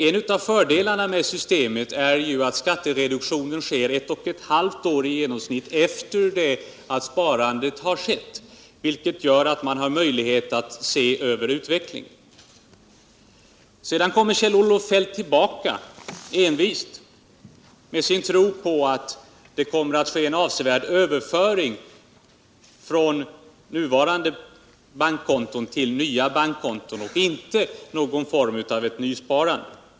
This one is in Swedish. En av fördelarna med systemet är ju att skattereduktionen sker i genomsnitt ett och ett halvt år efter det att sparandet har skett. Detta gör att man har möjlighet att överblicka utvecklingen. Kjell-Olof Feldt kommer envist tillbaka till sin tro på att det kommer att bli en avsevärd överföring från nuvarande bankkonton till nya bankkonton, inte någon form av nysparande.